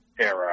era